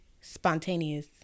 spontaneous